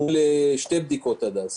מול שתי בדיקות עד אז.